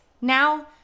now